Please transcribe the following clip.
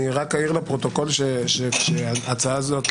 אני רק אעיר לפרוטוקול שההצעה הזאת,